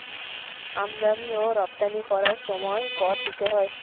আমদানি ও রপ্তানি করার সময় কর দিতে হয়